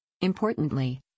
Importantly